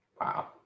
Wow